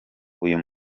uyu